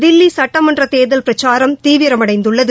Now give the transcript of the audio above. தில்லி சட்டமன்ற தேர்தல் பிரச்சாரம் தீவிரமடைந்துள்ளது